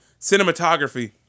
Cinematography